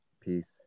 peace